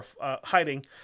hiding